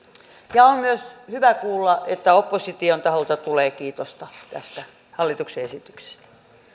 on myös hyvä kuulla että opposition taholta tulee kiitosta tästä hallituksen esityksestä